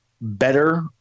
better